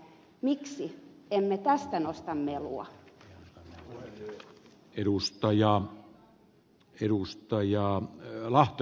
miksi emme tästä nosta melua